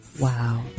Wow